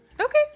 Okay